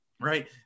right